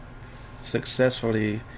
successfully